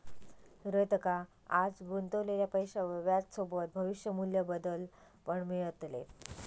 रोहितका आज गुंतवलेल्या पैशावर व्याजसोबत भविष्य मू्ल्य बदल पण मिळतले